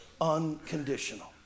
unconditional